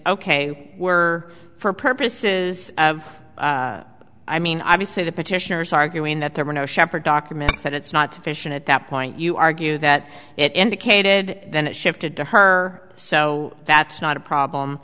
ok we're for purposes of i mean obviously the petitioners arguing that there were no shepherd documents that it's not efficient at that point you argue that it indicated that it shifted to her so that's not a problem